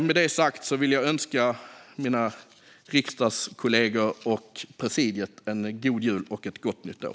Med det sagt vill jag önska mina riksdagskollegor och presidiet en god jul och ett gott nytt år!